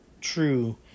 true